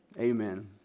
Amen